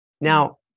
Now